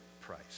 price